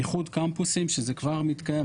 איחוד קמפוסים שזה כבר מתקיים,